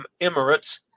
Emirates